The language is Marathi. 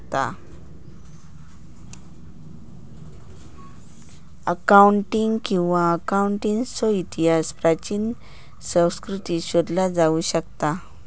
अकाऊंटिंग किंवा अकाउंटन्सीचो इतिहास प्राचीन संस्कृतींत शोधला जाऊ शकता